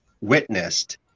witnessed